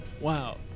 Wow